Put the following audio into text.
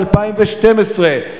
תקציב חדש ל-2012,